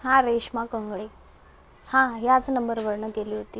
हां रेश्मा कंगळे हां याच नंबरवरून केली होती